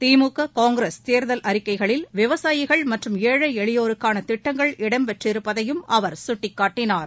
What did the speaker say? திமுக Congress தேர்தல் அறிக்கைகளில் விவசாயிகள் மற்றும் ஏழை எளியோருக்கான திட்டங்கள் இடம்பெற்றிருப்பதையும் அவர் சுட்டிக்காட்டினார்